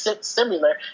similar